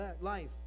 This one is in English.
life